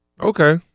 Okay